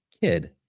kid